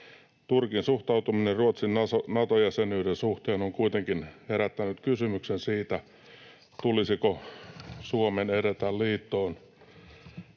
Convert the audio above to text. Turkin suhtautuminen Ruotsin Nato-jäsenyyden suhteen on kuitenkin herättänyt kysymyksen siitä, tulisiko Suomen edetä liittoon